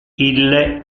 ille